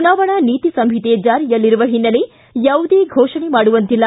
ಚುನಾವಣಾ ನೀತಿ ಸಂಹಿತೆ ಜಾರಿಯಲ್ಲಿರುವ ಹಿನ್ನೆಲೆ ಯಾವುದೇ ಘೋಷಣೆ ಮಾಡುವಂತಿಲ್ಲ